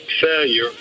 failure